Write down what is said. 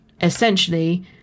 essentially